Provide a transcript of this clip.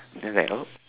then like oh